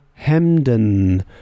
Hemden